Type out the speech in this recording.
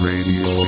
Radio